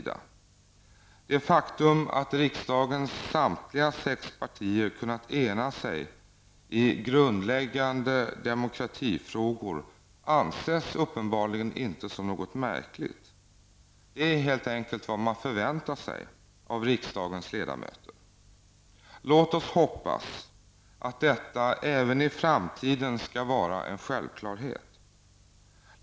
Det faktum att riksdagens samtliga sex partier har kunnat ena sig i grundläggande demokratifrågor anses uppenbarligen inte som något märkligt. Det är helt enkelt vad man förväntar sig av riksdagens ledamöter. Låt oss hoppas att detta även i framtiden skall vara en självklarhet.